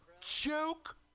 Joke